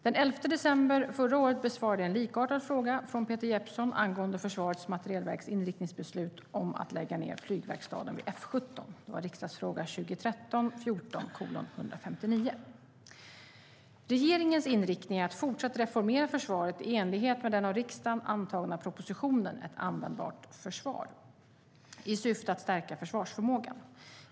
Den 11 december förra året besvarade jag en likartad fråga från Peter Jeppsson angående Försvarets materielverks inriktningsbeslut om att lägga ned flygverkstaden vid F 17 . Regeringens inriktning är att fortsatt reformera försvaret i enlighet med den av riksdagen antagna propositionen Ett användbart försvar , i syfte att stärka försvarsförmågan.